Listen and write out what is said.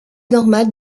normale